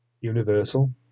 Universal